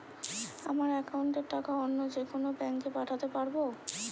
আমার একাউন্টের টাকা অন্য যেকোনো ব্যাঙ্কে পাঠাতে পারব?